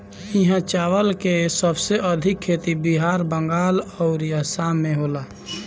इहा चावल के सबसे अधिका खेती बिहार, बंगाल अउरी आसाम में होला